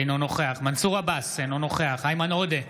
אינו נוכח מנסור עבאס, אינו נוכח איימן עודה,